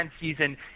season